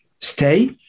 stay